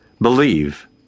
believe